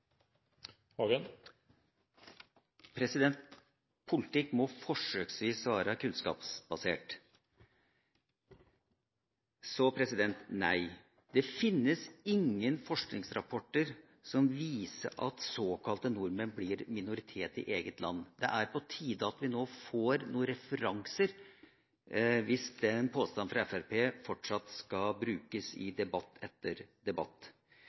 Politikk må forsøksvis være kunnskapsbasert. Så: Nei, det finnes ingen forskningsrapporter som viser at såkalte nordmenn blir minoritet i eget land. Det er på tide at vi får noen referanser hvis den påstanden fra Fremskrittspartiet fortsatt skal